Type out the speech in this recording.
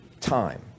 time